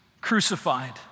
crucified